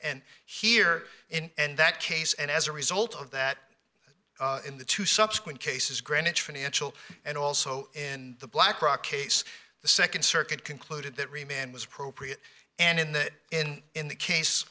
and here in that case and as a result of that in the two subsequent cases greenwich financial and also in the blackrock case the second circuit concluded that remained was appropriate and in the in in the